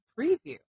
preview